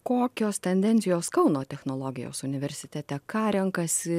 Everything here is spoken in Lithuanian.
kokios tendencijos kauno technologijos universitete ką renkasi